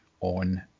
on